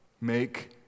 make